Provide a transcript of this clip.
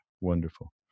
wonderful